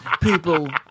People